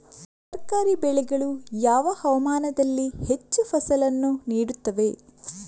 ತರಕಾರಿ ಬೆಳೆಗಳು ಯಾವ ಹವಾಮಾನದಲ್ಲಿ ಹೆಚ್ಚು ಫಸಲನ್ನು ನೀಡುತ್ತವೆ?